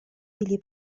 или